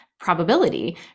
probability